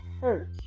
hurt